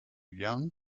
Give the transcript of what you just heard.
young